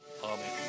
Amen